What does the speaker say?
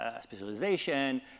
specialization